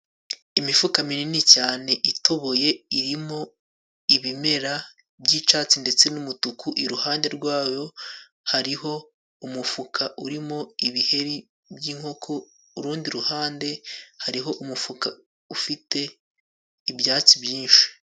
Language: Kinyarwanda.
Imifuka minini cyane itoboye irimo ibimera by'icyatsi ndetse n'umutuku iruhande rwayo hariho umufuka urimo ibiheri by'inkoko, urundi ruhande hariho umufuka ufite ibyatsi byinshi.